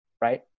right